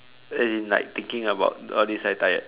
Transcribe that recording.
as in like thinking about all these very tired